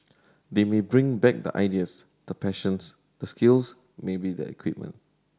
they may bring back the ideas the passions the skills maybe the equipment